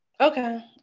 okay